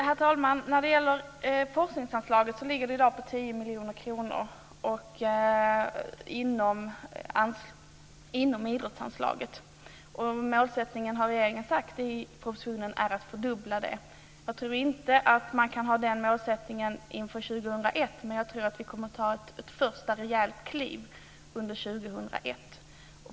Herr talman! Forskningsanslaget ligger i dag på 10 miljoner kronor inom idrottsanslaget. Målsättningen är, som jag redan har sagt, att fördubbla det. Jag tror inte att man kan ha den målsättningen inför 2001, men jag tror att vi kommer att ta ett första rejält kliv under 2001.